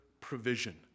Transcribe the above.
provision